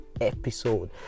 episode